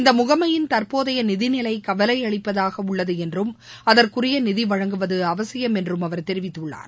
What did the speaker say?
இந்த முகமையின் தற்போதைய நிதிநிலை கவலையளிப்பதாக உள்ளது என்றும் அதற்குரிய நிதி வழங்குவது அவசியம் என்றும் அவர் தெரிவித்துள்ளார்